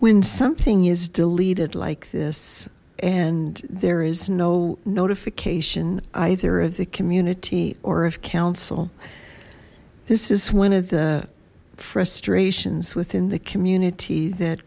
when something is deleted like this and there is no notification either of the community or of council this is one of the frustrations within the community that